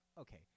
okay